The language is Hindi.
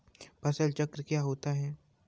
फसल चक्र क्या होता है?